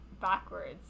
backwards